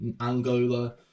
Angola